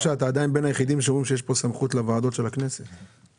אתה בין היחידים שאומרים שלוועדות הכנסת יש סמכות.